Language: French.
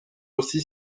aussi